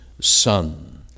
Son